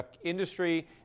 industry